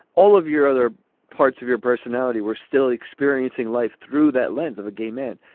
all of your other parts of your personality were still experiencing life through that lens of a gay man.